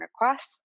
request